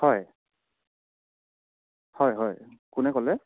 হয় হয় হয় কোনে ক'লে